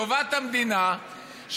לטובת המדינה,